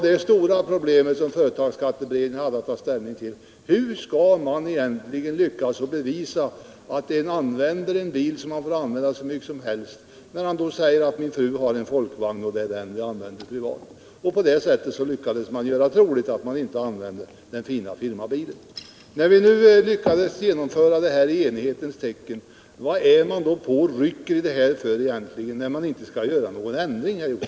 Det stora problem som företagsskatteberedningen hade att ta ställning till var: Hur skall man lyckas bevisa att någon använder en firmabil som han får använda hur mycket som helst, när vederbörande själv säger att min fru har en folkvagn, och det är den vi använder privat. På det sättet lyckas man göra troligt att man inte använder den fina firmabilen. När vi lyckats genomföra det här i enighetens tecken, varför håller ni då på och rycker i det nu, om ni inte skall genomföra någon ändring, herr Josefson?